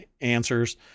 answers